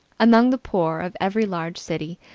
among the poor of every large city,